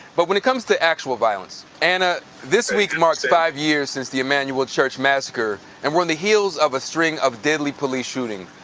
but when it comes to actual violence, anna, this week marks five years since the emanuel church massacre and we're on the heels of a string of deadly police shootings.